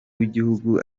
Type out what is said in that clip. w’igihugu